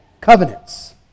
covenants